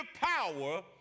power